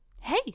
hey